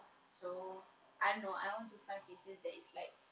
so I don't know I want to find places that is like